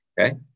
okay